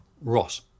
Ross